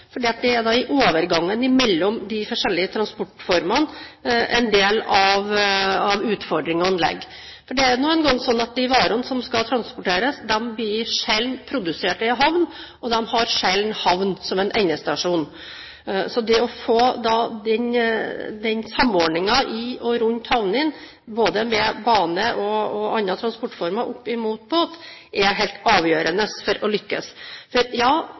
det er i overgangen mellom de forskjellige transportformene en del av utfordringene ligger. Det er nå en gang sånn at de varene som skal transporteres, blir sjelden produsert ved en havn, og de har sjelden en havn som endestasjon. Så det å få samordning i og rundt havnene, både bane og andre transportformer oppimot båt, er helt avgjørende for å lykkes. For